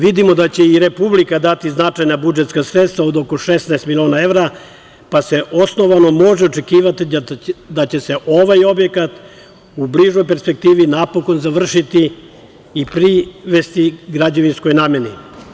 Vidimo da će i republika dati značajna budžetska sredstva od oko 16 miliona evra, pa se osnovano može očekivati da će se ovaj objekat u bližoj perspektivi napokon završiti i privesti građevinskoj nameni.